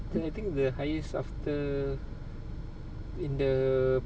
I think the highest after in the